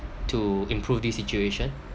to improve this situation